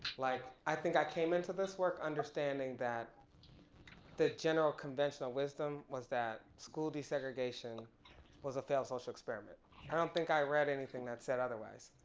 like i think i came into this work understanding that the general conventional wisdom was that school desegregation was a failed social experiment. i don't think i read anything that said otherwise.